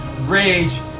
rage